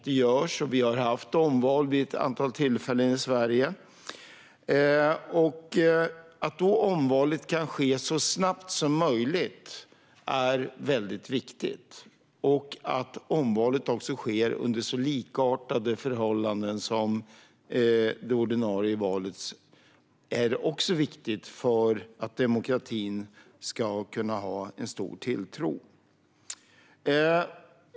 Det görs, och vi har haft omval vid ett antal tillfällen i Sverige. Att omvalet kan ske så snabbt som möjligt är väldigt viktigt. Att omvalet sker under förhållanden som är så likartade det ordinarie valets förhållanden som möjligt är också viktigt för tilltron till demokratin.